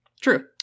True